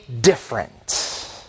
different